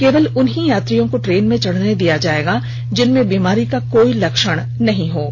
केवल उन्हीं यात्रियों को ट्रेन में चढ़ने दिया जाएगा जिनमें बीमारी का कोई लक्षण नहीं होगा